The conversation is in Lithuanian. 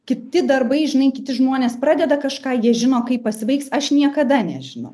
kiti darbai žinai kiti žmonės pradeda kažką jie žino kaip pasibaigs aš niekada nežinau